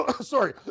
Sorry